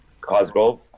Cosgrove